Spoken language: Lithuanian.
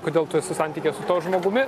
kodėl tu esi santykyje su tuo žmogumi